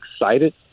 excited